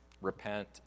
repent